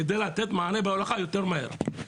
כדי לתת מענה בהולכה יותר מהר.